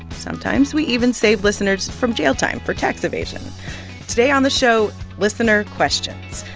sometimes we even save listeners from jail time for tax evasion today on the show, listener questions.